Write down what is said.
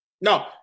No